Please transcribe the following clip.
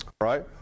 right